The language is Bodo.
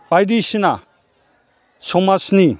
बायदिसिना समाजनि